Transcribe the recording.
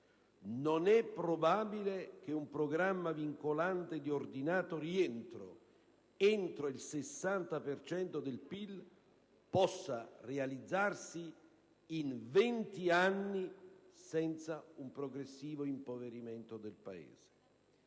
non è probabile che un programma vincolante di ordinato rientro entro il 60 per cento del PIL possa realizzarsi in 20 anni senza un progressivo impoverimento del Paese.